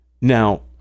Now